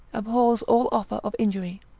abhors all offer of injury.